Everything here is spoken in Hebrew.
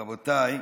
רבותיי,